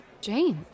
James